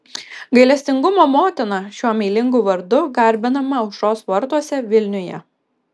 gailestingumo motina šiuo meilingu vardu garbinama aušros vartuose vilniuje